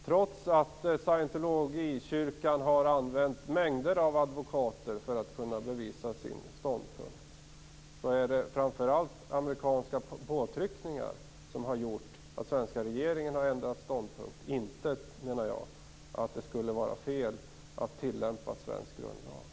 Trots att Scientologikyrkan har använt mängder av advokater för att kunna bevisa sin ståndpunkt är det framför allt amerikanska påtryckningar som har gjort att den svenska regeringen har ändrat ståndpunkt. Det är inte, menar jag, att det skulle vara fel att tillämpa svensk grundlag.